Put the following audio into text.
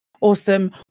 awesome